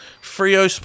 Frio